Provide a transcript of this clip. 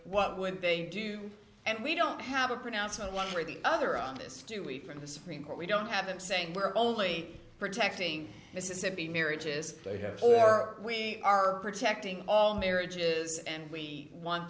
what would they do and we don't have a pronouncement one for the other on this do we from the supreme court we don't have them saying we're only protecting mississippi marriages they have or we are protecting all marriages and we want